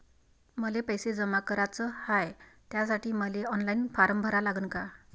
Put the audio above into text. मले पैसे जमा कराच हाय, त्यासाठी मले ऑनलाईन फारम भरा लागन का?